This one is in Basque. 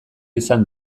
izan